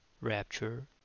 rapture